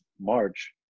March